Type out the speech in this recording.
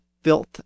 filth